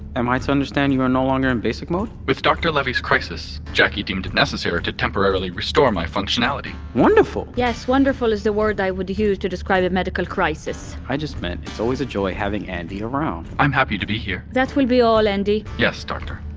am i to understand you are no longer in basic mode? with doctor levy's crisis, jacki deemed it necessary to temporarily restore my functionality wonderful! yes, wonderful is the word i would use to describe a medical crisis i just meant it's always a joy having andi around i'm happy to be here that will be all, andi yes, doctor